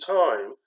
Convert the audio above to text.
time